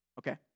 Okay